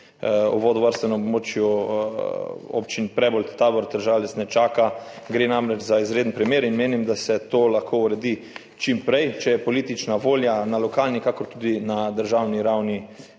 o vodovarstvenem območju občin Prebold, Tabor ter Žalec ne čaka. Gre namreč za izreden primer in menim, da se to lahko uredi čim prej, če je politična volja tako na lokalni kakor tudi na državni ravni